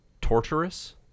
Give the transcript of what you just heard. torturous